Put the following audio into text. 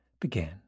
began